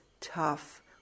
tough